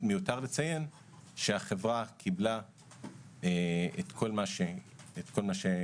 מיותר לציין שהחברה קיבלה את כל מה שהייתה